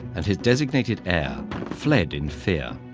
and his designated heir fled in fear,